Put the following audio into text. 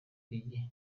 gihe